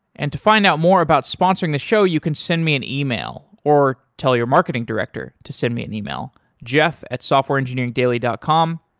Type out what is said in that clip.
and to find out more about sponsoring the show, you can send me an email or tell your marketing director to send me an email, jeff at softwareengineering dot com.